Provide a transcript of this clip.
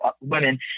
women